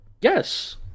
Yes